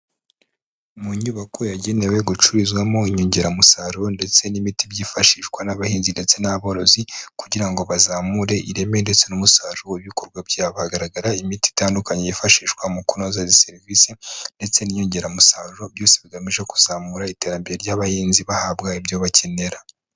Mu nyubako yagenewe gucuruzwamo inyongeramusaruro ndetse n'imiti byifashishwa n'abahinzi ndetse n'aborozi kugira ngo bazamure ireme ndetse n'umusaruro w'ibikorwa byabo. Hagaragara imiti itandukanye yifashishwa mu kunoza serivisi ndetse n'inyongeramusaruro byose bigamije kuzamura iterambere ry'abahinzi bahabwa ibyo bakenera.